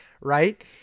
Right